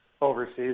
overseas